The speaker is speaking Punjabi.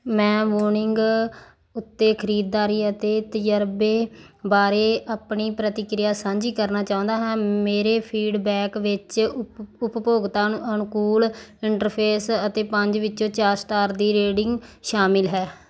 ਮੈਂ ਵੂਨਿੰਗ ਉੱਤੇ ਖਰੀਦਦਾਰੀ ਅਤੇ ਤਜਰਬੇ ਬਾਰੇ ਆਪਣੀ ਪ੍ਰਤੀਕਿਰਿਆ ਸਾਂਝੀ ਕਰਨਾ ਚਾਹੁੰਦਾ ਹਾਂ ਮੇਰੇ ਫੀਡਬੈਕ ਵਿੱਚ ਉਪਭੋਗਤਾ ਅਨੁਕੂਲ ਇੰਟਰਫੇਸ ਅਤੇ ਪੰਜ ਵਿੱਚੋਂ ਚਾਰ ਸਟਾਰ ਦੀ ਰੇਟਿੰਗ ਸ਼ਾਮਲ ਹੈ